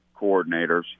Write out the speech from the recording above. coordinators